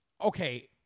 Okay